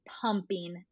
pumping